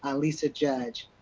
ah lisa judge.